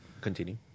Continue